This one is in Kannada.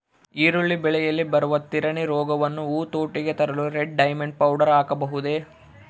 ಈರುಳ್ಳಿ ಬೆಳೆಯಲ್ಲಿ ಬರುವ ತಿರಣಿ ರೋಗವನ್ನು ಹತೋಟಿಗೆ ತರಲು ರೆಡ್ ಡೈಮಂಡ್ ಪೌಡರ್ ಹಾಕಬಹುದೇ?